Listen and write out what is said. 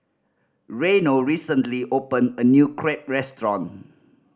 Reino recently opened a new Crepe restaurant